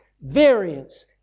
variance